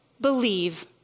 believe